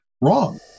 wrong